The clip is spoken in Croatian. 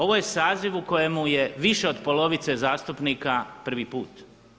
Ovo je saziv u kojemu je više od polovice zastupnika prvi put.